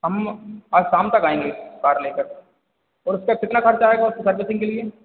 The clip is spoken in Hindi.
आज शाम तक आएँगे कार लेकर और उसका कितना खर्चा आएगा उसकी सर्विसिंग के लिए